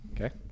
Okay